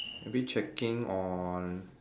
maybe checking on